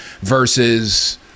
versus